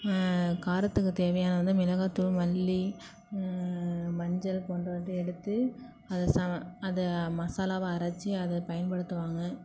காரத்துக்கு தேவையானது வந்து மிளகாத்தூள் மல்லி மஞ்சள் போன்றவற்றை எடுத்து அதை அதை மசாலாவாக அரைச்சி அதை பயன்படுத்துவாங்க